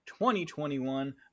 2021